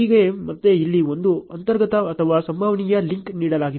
ಈಗ ಮತ್ತೆ ಇಲ್ಲಿ ಒಂದು ಅಂತರ್ಗತ ಅಥವಾ ಸಂಭವನೀಯ ಲಿಂಕ್ ನೀಡಲಾಗಿದೆ